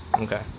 Okay